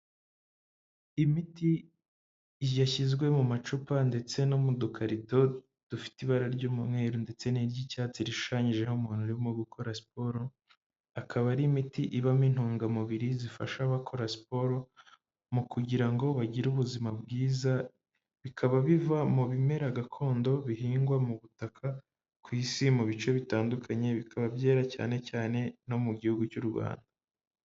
Imiti yashyizwe mu macupa ndetse no mu dukarito dufite ibara ry'umweru ndetse n'iry'icyatsi rishushanyijeho umuntu urimo gukora siporo, akaba ari imiti ibamo intungamubiri zifasha abakora siporo mu kugira ngo bagire ubuzima bwiza, bikaba biva mu bimera gakondo bihingwa mu butaka, ku isi, mu bice bitandukanye, bikaba byera cyane cyane no mu gihugu cy'u Rwanda.